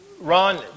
Ron